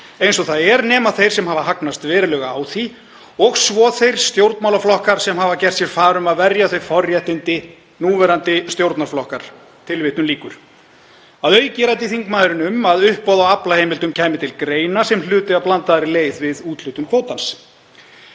eins og það er nema þeir sem hagnast verulega á því og svo þeir stjórnmálaflokkar sem hafa gert sér far um að verja þau forréttindi, núverandi stjórnarflokkar.“ Að auki ræddi þingmaðurinn um að uppboð á aflaheimildum kæmi til greina sem hluti af blandaðri leið við úthlutun kvótans.